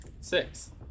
Six